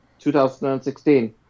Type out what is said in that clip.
2016